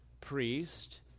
priest